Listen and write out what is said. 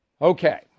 Okay